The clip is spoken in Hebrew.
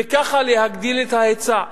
וכך להגדיל את ההיצע,